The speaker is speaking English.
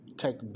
Take